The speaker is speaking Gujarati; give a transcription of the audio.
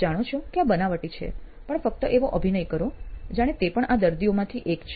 આપ જાણો છો કે આ બનાવટી છે પણ ફક્ત એવો અભિનય કરો જાણે તે પણ આ દર્દીઓ માંથી એક છે